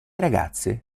ragazze